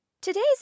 Today's